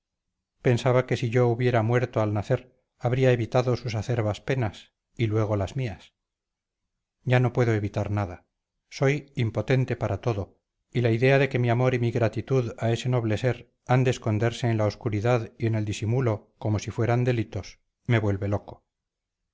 pensaba que si yo hubiera muerto al nacer habría evitado sus acerbas penas y luego las mías ya no puedo evitar nada soy impotente para todo y la idea de que mi amor y mi gratitud a ese noble ser han de esconderse en la obscuridad y en el disimulo como si fueran delitos me vuelve loco